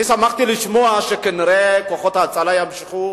שמחתי לשמוע שכנראה כוחות ההצלה ימשיכו